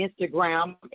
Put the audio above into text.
Instagram